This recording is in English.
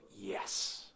yes